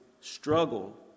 struggle